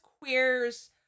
queers